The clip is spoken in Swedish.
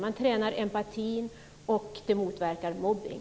Man tränar empatin, och det motverkar mobbning.